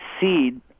seed